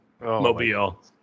mobile